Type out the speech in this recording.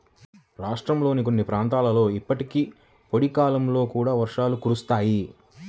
రాష్ట్రంలోని కొన్ని ప్రాంతాలలో ఇప్పటికీ పొడి కాలంలో కూడా వర్షాలు కురుస్తాయి